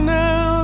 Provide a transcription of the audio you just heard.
now